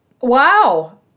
Wow